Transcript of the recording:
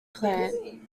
plant